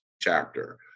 chapter